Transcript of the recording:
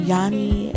Yanni